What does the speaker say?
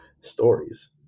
stories